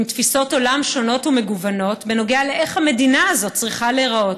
עם תפיסות עולם שונות ומגוונות בנוגע לאיך המדינה הזאת צריכה להיראות,